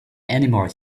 anymore